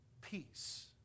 peace